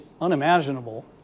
unimaginable